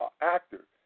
actor